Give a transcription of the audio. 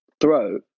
throat